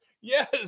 Yes